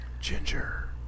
Ginger